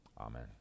amen